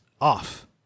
off